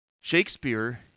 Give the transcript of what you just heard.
Shakespeare